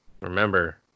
Remember